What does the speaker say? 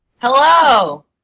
Hello